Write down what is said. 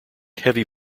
heavy